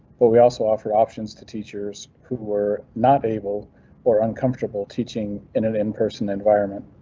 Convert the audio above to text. but we also offer options to teachers who were not. able or uncomfortable teaching in an in person environment.